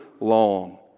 long